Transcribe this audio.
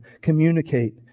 communicate